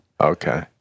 Okay